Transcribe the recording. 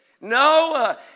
No